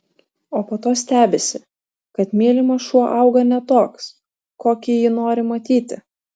o po to stebisi kad mylimas šuo auga ne toks kokį jį nori matyti